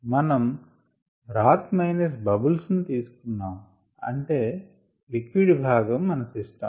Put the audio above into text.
మనం breath minus bubbles తీసుకున్నాం అంటే లిక్విడ్ భాగం మన సిస్టం